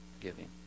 giving